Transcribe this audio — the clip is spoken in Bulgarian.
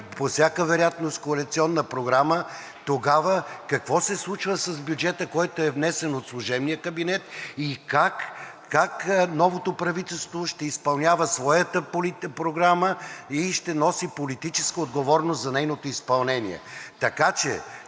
по всяка вероятност коалиционна програма. Тогава какво се случва с бюджета, който е внесен от служебния кабинет, и как новото правителство ще изпълнява своята програма и ще носи политическа отговорност за нейното изпълнение?